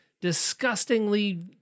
disgustingly